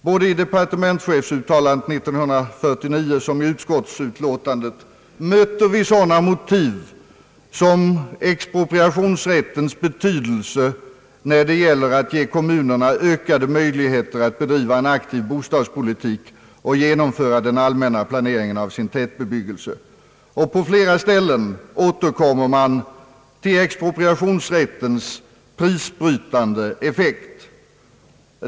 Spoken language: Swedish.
Både i departementschefsuttalandet 1949 och i utskottsutlåtandet möter vi sådana motiv som expropriationsrättens betydelse när det gäller att ge kommunerna ökade möjligheter att bedriva en aktiv bostadspolitik och genomföra den allmänna planeringen av sin tätbebyggelse. På flera ställen återkommer man till expropriationsrättens prisbrytande effekt.